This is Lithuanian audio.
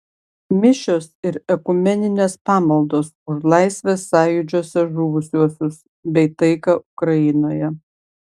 mišios ir ekumeninės pamaldos už laisvės sąjūdžiuose žuvusiuosius bei taiką ukrainoje